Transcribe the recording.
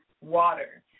water